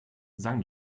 sang